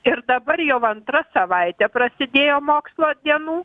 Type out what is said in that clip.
ir dabar jau antra savaitė prasidėjo mokslo dienų